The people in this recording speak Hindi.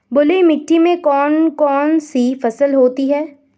बलुई मिट्टी में कौन कौन सी फसल होती हैं?